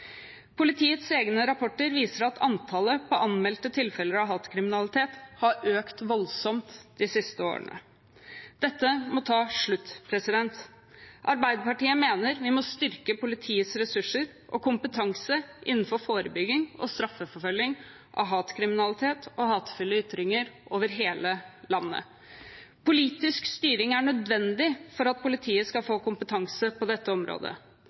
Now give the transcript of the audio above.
Politiets egne rapporter viser at antallet anmeldte tilfeller av hatkriminalitet har økt voldsomt de siste årene. Dette må ta slutt. Arbeiderpartiet mener vi må styrke politiets ressurser og kompetanse innenfor forebygging og straffeforfølging av hatkriminalitet og hatefulle ytringer over hele landet. Politisk styring er nødvendig for at politiet skal få kompetanse på dette området.